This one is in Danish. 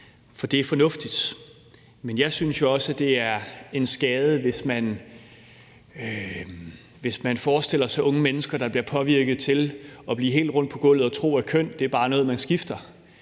for det er fornuftigt. Men jeg synes jo også, det er en skade, hvis man forestiller sig unge mennesker, der bliver påvirket til at blive helt rundt på gulvet og tro, at køn bare er noget, man skifter,